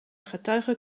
getuige